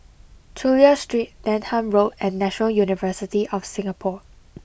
Chulia Street Denham Road and National University of Singapore